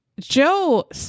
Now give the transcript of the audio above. Joe